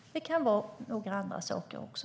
Det kan vara några andra saker också.